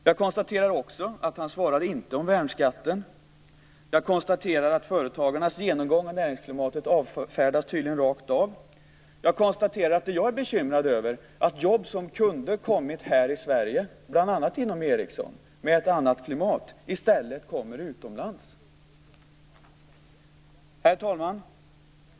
Jag konstaterar också att han inte svarar om värnskatten, och jag konstaterar att företagarnas genomgång av näringsklimatet tydligen avfärdas rakt av. Det jag är bekymrad över är att jobb som med ett annat klimat kunde ha kommit här i Sverige, bl.a. inom Ericsson, i stället kommer utomlands. Herr talman!